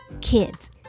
Kids